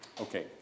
Okay